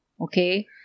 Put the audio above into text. Okay